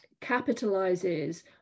capitalizes